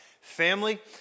family